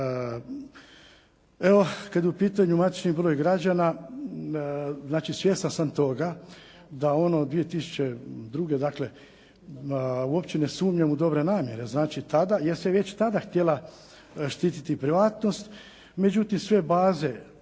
Evo, kad je u pitanju matični broj građana, znači svjestan sam toga da on od 2002. dakle uopće ne sumnjam u dobre namjere, znači jer se već tada htjela štititi privatnost, međutim sve baze